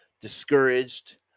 discouraged